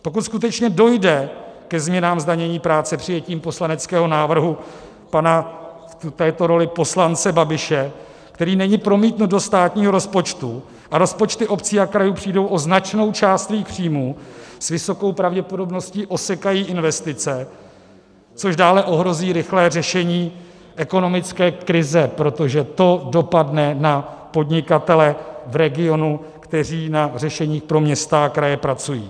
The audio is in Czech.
Pokud skutečně dojde ke změnám zdanění práce přijetím poslaneckého návrhu pana v této roli poslance Babiše, který není promítnut do státního rozpočtu, a rozpočty obcí a krajů přijdou o značnou část svých příjmů, s vysokou pravděpodobností osekají investice, což dále ohrozí rychlé řešení ekonomické krize, protože to dopadne na podnikatele v regionu, kteří na řešení pro města a kraje pracují.